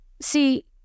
See